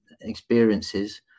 experiences